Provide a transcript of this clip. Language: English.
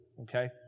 Okay